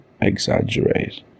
exaggerate